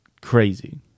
crazy